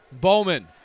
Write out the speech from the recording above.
Bowman